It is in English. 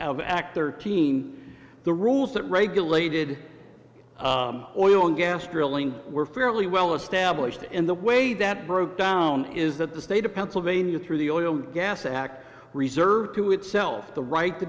of act thirteen the rules that regulated oil and gas drilling were fairly well established and the way that broke down is that the state of pennsylvania through the oil and gas act reserved to itself the right to